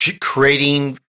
creating